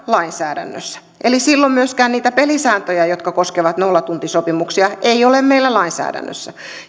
lainsäädännössä eli silloin myöskään niitä pelisääntöjä jotka koskevat nollatuntisopimuksia ei ole meillä lainsäädännössä